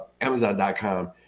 Amazon.com